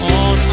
on